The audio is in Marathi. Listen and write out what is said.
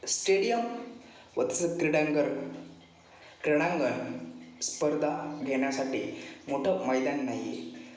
स्टेडियम व क्रीडांगर क्रीडांगण स्पर्धा घेण्यासाठी मोठं मैदान नाही आहे